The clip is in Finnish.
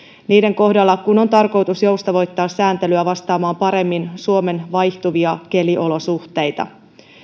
niiden kohdalla kun on tarkoitus joustavoittaa sääntelyä vastaamaan paremmin suomen vaihtuvia keliolosuhteita